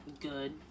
good